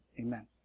Amen